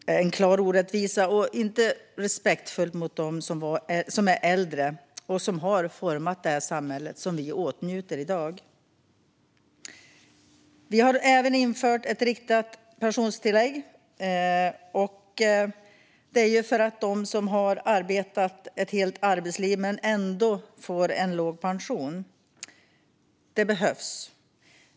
Det var en klar orättvisa, och det var inte respektfullt mot dem som är äldre och som har format det samhälle som vi åtnjuter i dag. Vi har infört ett riktat pensionstillägg för dem som har arbetat ett helt arbetsliv men ändå får en låg pension. Det behövs.